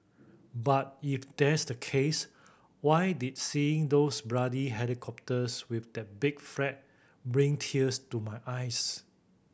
but if that's the case why did seeing those bloody helicopters with that big flag bring tears to my eyes